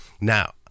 Now